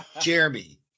Jeremy